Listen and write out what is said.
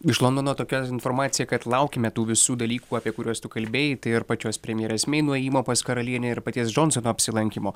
iš londono tokia informacija kad laukiame tų visų dalykų apie kuriuos tu kalbėjai tai ir pačios premjerės mei nuėjimo pas karalienę ir paties džonsono apsilankymo